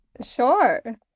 Sure